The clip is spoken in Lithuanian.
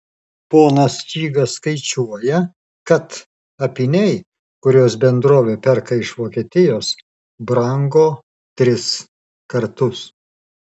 ponas čygas skaičiuoja kad apyniai kuriuos bendrovė perka iš vokietijos brango tris kartus